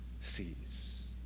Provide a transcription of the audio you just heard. sees